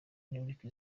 enric